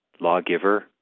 lawgiver